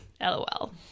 LOL